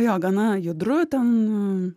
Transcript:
jo gana judru ten